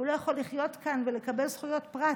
הוא לא יכול לחיות כאן ולקבל זכויות פרט,